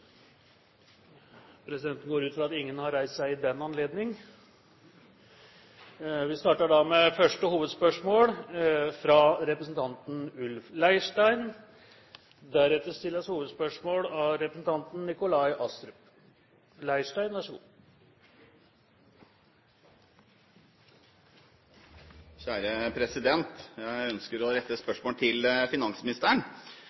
Ingen har reist seg i den anledning. Vi starter da med første hovedspørsmål, fra representanten Ulf Leirstein.